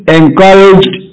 encouraged